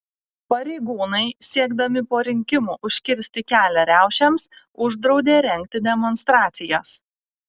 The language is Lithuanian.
pareigūnai siekdami po rinkimų užkirsti kelią riaušėms uždraudė rengti demonstracijas